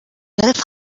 داره